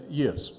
years